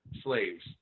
slaves